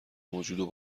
موجود